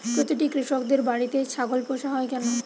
প্রতিটি কৃষকদের বাড়িতে ছাগল পোষা হয় কেন?